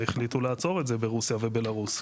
החליטו לעצור את זה ברוסיה ובלרוס.